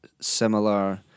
similar